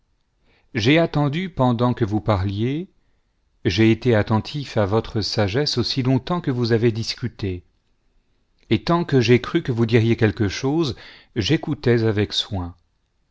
j'ai attendu pendant que vous parliez j'ai été attentif à votre sagesse aussi longtemps que vous avez discuté et tant que j'ai cru que vous diriez quelque chose j'écoutais avec soin